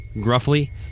Gruffly